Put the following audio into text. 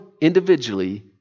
individually